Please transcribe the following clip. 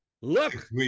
Look